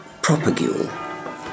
propagule